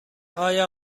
آیا